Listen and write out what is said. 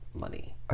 money